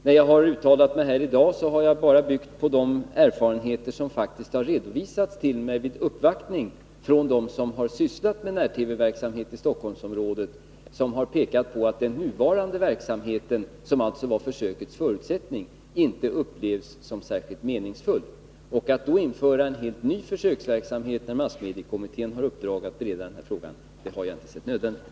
När jag uttalat mig här i dag har jag bara byggt på de erfarenheter som faktiskt har redovisats till mig vid en uppvaktning av dem som sysslat med när-TV-verksamhet i Stockholmsområdet. De har pekat på att den nuvarande verksamheten, som alltså var försökets förutsättning, inte upplevs som särskilt meningsfull. Att då införa en helt ny försöksverksamhet, när massmediekommittén har i uppdrag att bereda frågan, har jag inte sett som nödvändigt.